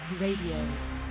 Radio